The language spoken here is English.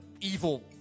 evil